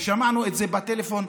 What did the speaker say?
ושמענו את זה בטלפון,